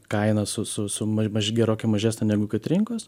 kaina su su su ma maž gerokai mažesnė negu kad rinkos